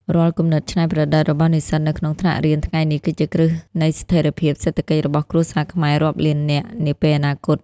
រាល់គំនិតច្នៃប្រឌិតរបស់និស្សិតនៅក្នុងថ្នាក់រៀនថ្ងៃនេះ គឺជាគ្រឹះនៃស្ថិរភាពសេដ្ឋកិច្ចរបស់គ្រួសារខ្មែររាប់លាននាពេលអនាគត។